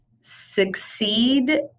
succeed